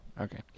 Okay